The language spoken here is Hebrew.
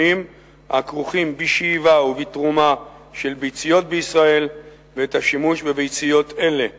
הכרוכים בשאיבה ובתרומה של ביציות ואת השימוש בביציות אלה בישראל.